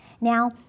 Now